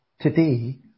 today